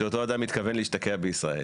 שאותו אדם מתכוון להשתקע בישראל,